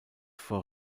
vor